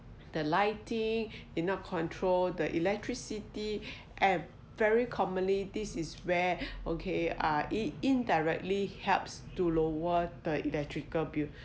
the lightings it not control the electricity and very commonly this is where okay uh it indirectly helps to lower the electrical bill